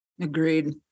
Agreed